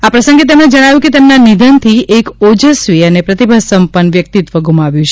આ પ્રસંગે તેમણે જણાવ્યું કે તેમના નિધનથી એક ઓજસવી અને પ્રતિભાસંપન્ન વ્યક્તિત્વ ગ્રમાવ્યું છે